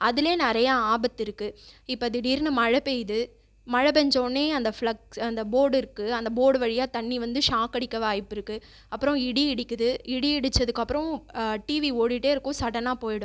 அதில் நிறைய ஆபத்திருக்கு இப்போது திடீர்னு மழை பெய்யுது மழை பெஞ்ச ஒடனே அந்த ஃப்ளக்ஸ் அந்த போர்ட் இருக்கு அந்த போர்ட் வழியாக தண்ணி வந்து ஷாக் அடிக்க வாய்ப்பிருக்கு அப்புறம் இடி இடிக்குது இடி இடித்ததுக்கு அப்புறம் டிவி ஓடிட்டேயிருக்கும் சடனாக போயிடும்